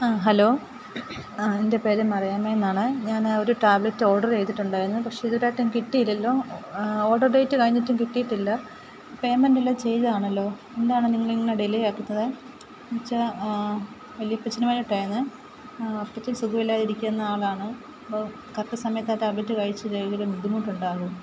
ആ ഹലോ ആ എൻ്റെ പേര് മറിയാമ്മ എന്നാണ് ഞാൻ ഒരു ടാബ്ലറ്റ് ഓഡർ ചെയ്തിട്ടുണ്ടായിരുന്നു പക്ഷെ ഇതുവരെ ആയിട്ടും കിട്ടിയില്ലല്ലോ ഓഡറ് ഡേറ്റ് കഴിഞ്ഞിട്ടും കിട്ടിയിട്ടില്ല പേമെൻ്റ് എല്ലാം ചെയ്തത് ആണല്ലോ എന്താണ് നിങ്ങൾ ഇങ്ങനെ ഡിലെ ആക്കുന്നത് എന്ന് വച്ചാൽ വല്യപ്പച്ചന് വേണ്ടിയിട്ടായിരുന്നു അപ്പച്ചൻ സുഖമില്ലാതെ ഇരിക്കുന്ന ആളാണ് അപ്പോൾ കറക്റ്റ് സമയത്ത് ആ ടാബ്ലറ്റ് കഴിച്ചില്ലെങ്കിൽ ബുദ്ധിമുട്ട് ഉണ്ടാകും